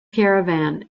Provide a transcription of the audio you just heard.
caravan